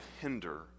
hinder